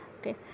Okay